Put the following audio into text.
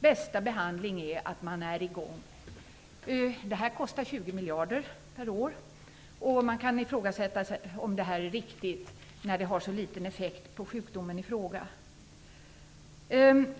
Bästa behandling är att man är i gång. Det här kostar 20 miljarder per år, och man kan fråga sig om det här är riktigt när det har så liten effekt på sjukdomen i fråga.